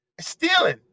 stealing